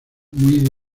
muy